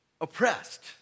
oppressed